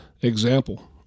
example